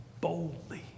boldly